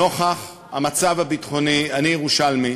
נוכח המצב הביטחוני, אני ירושלמי,